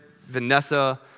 Vanessa